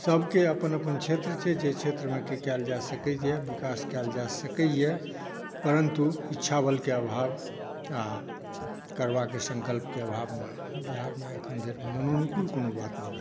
सभके अपन अपन क्षेत्र छै जे क्षेत्रमे की कयल जाय सकैया विकास कयल जाय सकैया परंतु इच्छाबलके अभाव आ करबाके संकल्पके अभावमे बिहारमे अखन धरि मनोनुकूल कोनो बात नहि भै रहलै यऽ